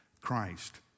Christ